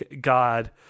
god